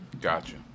Gotcha